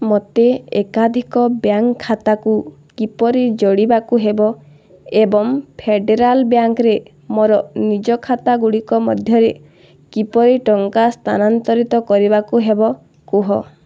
ମୋତେ ଏକାଧିକ ବ୍ୟାଙ୍କ ଖାତାକୁ କିପରି ଯୋଡ଼ିବାକୁ ହେବ ଏବଂ ଫେଡ଼େରାଲ ବ୍ୟାଙ୍କରେ ମୋର ନିଜ ଖାତାଗୁଡ଼ିକ ମଧ୍ୟରେ କିପରି ଟଙ୍କା ସ୍ଥାନାନ୍ତରିତ କରିବାକୁ ହେବ କୁହ